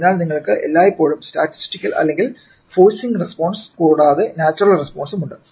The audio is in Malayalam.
അതിനാൽ നിങ്ങൾക്ക് എല്ലായ്പ്പോഴും സ്റ്റാറ്റിസ്റ്റിക്കൽ അല്ലെങ്കിൽ ഫോർസിങ് റെസ്പോൺസ് കൂടാതെ നാച്ചുറൽ റെസ്പോൺസും ഉണ്ട്